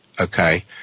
okay